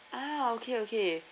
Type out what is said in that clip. ah okay okay